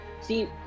see